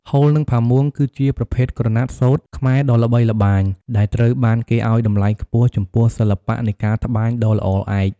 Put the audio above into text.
ហូល និងផាមួង គឺជាប្រភេទក្រណាត់សូត្រខ្មែរដ៏ល្បីល្បាញ ដែលត្រូវបានគេឱ្យតម្លៃខ្ពស់ចំពោះសិល្បៈនៃការត្បាញដ៏ល្អឯក។